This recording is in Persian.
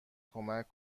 کمک